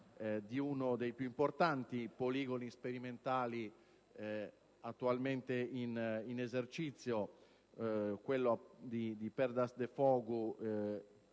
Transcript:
di uno dei più importanti poligoni sperimentali attualmente in esercizio: mi riferisco